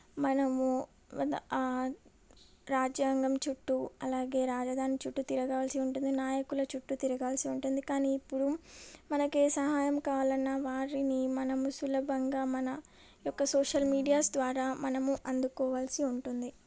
మనము రాజ్యాంగం చుట్టూ అలాగే రాజధాని చుట్టూ తిరగాల్సి ఉంటుంది నాయకుల చుట్టూ తిరగాల్సి ఉంటుంది కానీ ఇప్పుడు మనకు ఏ సహాయం కావాలన్నా వారిని మనము సులభంగా మన యొక్క సోషల్ మీడియాస్ ద్వారా మనము అందుకోవాల్సి ఉంటుంది